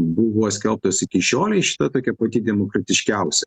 buvo skelbtos iki šiolei šita tokia pati demokratiškiausia